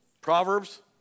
Proverbs